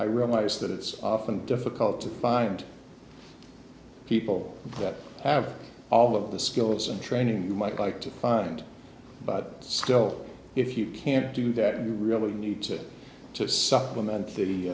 i realize that it's often difficult to find people that have all of the skills and training you might like to find but so if you can't do that you really need to supplement the